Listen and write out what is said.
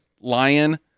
Lion